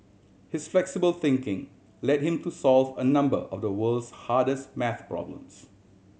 his flexible thinking led him to solve a number of the world's hardest maths problems